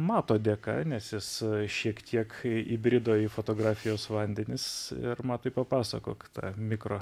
mato dėka nes jis šiek tiek įbrido į fotografijos vandenis ir matai papasakok tą mikro